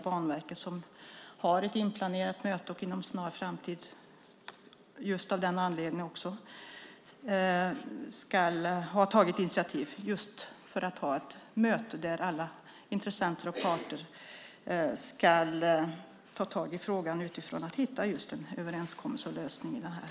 Banverket har tagit initiativ till ett möte inom en snar framtid där alla intressenter och parter ska ta tag i frågan för att hitta en överenskommelse och en lösning.